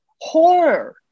horror